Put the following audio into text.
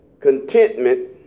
contentment